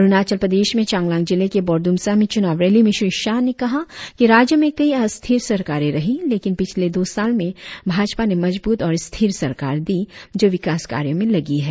अरुणाचल प्रदेश में चांगलांग जिले के बोरड़ुमसा में चुनाव रैली में श्री शाह ने कहा कि राज्य में कई अस्थिर सरकारें रही लेकिन पिछले दो साल में भाजपा ने मजबूत और स्थिर सरकार दी जो विकास कार्यो में लगी है